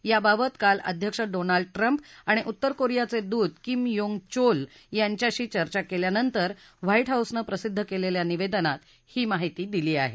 याबाबत काल अध्यक्ष डोनाल्ड ट्रम्प आणि उत्तर कोरियाचे दूत किम योंग चोल यांच्याशी चर्चा केल्यानंतर व्हाईट हाऊसनं प्रसिद्ध केलेल्या निवेदनात ही माहिती दिली आहे